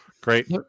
Great